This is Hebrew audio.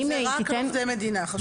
וזה רק לעובדי מדינה, חשוב להגיד.